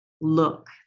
look